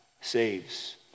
saves